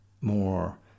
more